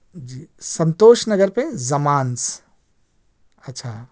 جی سنتوش نگر پہ زمانس اچھا